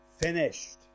finished